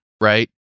Right